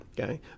Okay